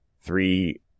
three